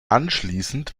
anschließend